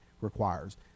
requires